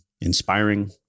inspiring